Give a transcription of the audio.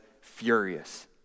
furious